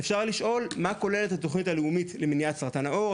אפשר לשאול מה כוללת התוכנית הלאומית למניעת סרטן העור,